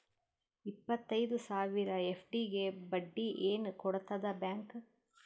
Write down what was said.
ಇಪ್ಪತ್ತೈದು ಸಾವಿರ ಎಫ್.ಡಿ ಗೆ ಬಡ್ಡಿ ಏನ ಕೊಡತದ ಬ್ಯಾಂಕ್?